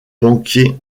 banquier